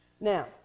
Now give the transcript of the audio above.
Now